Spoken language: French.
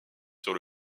sur